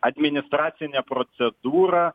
administracinė procedūra